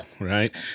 Right